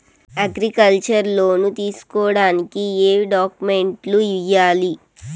Agriculture loan తీసుకోడానికి ఏం డాక్యుమెంట్లు ఇయ్యాలి?